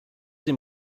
dem